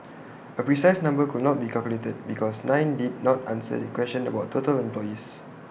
A precise number could not be calculated because nine did not answer the question about total employees